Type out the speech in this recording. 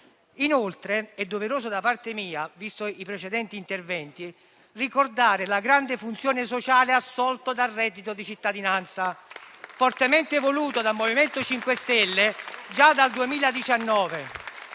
Inoltre, è doveroso da parte mia, visti i precedenti interventi, ricordare la grande funzione sociale assolta dal reddito di cittadinanza, fortemente voluto dal MoVimento 5 Stelle già dal 2019.